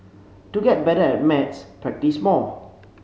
to get better at maths practise more